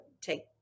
take